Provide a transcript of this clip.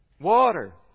Water